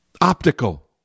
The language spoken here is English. optical